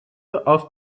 auf